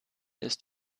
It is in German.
ist